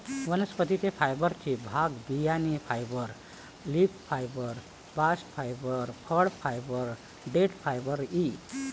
वनस्पती फायबरचे भाग बियाणे fibre, leaf fibre, bast fibre, फळ फायबर, देठ फायबर इ